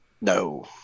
No